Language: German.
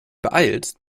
beeilst